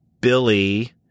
Billy